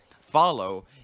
follow